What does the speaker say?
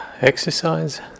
exercise